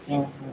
आं हा